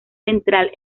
central